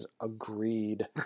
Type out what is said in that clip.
agreed